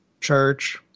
church